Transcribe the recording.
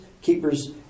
keepers